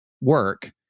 work